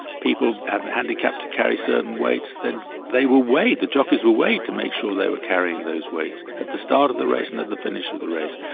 people had a handicap to carry certain weights, then they were weighed, the jockeys were weighed to make sure they were carrying those weights, at the start of the race and at the finish of the race.